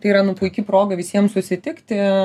tai yra nu puiki proga visiem susitikti